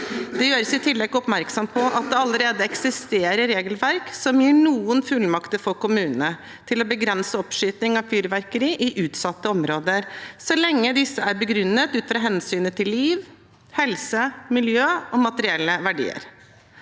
Det gjøres i tillegg oppmerksom på at det allerede eksisterer regelverk som gir kommunene noen fullmakter til å begrense oppskyting av fyrverkeri i utsatte områder så lenge disse er begrunnet ut fra hensynet til liv, helse, miljø og materielle verdier.